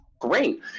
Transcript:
great